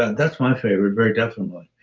and that's my favorite, very definitely.